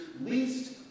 least